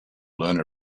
learner